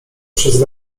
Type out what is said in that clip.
przez